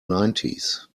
nineties